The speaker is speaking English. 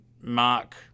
mark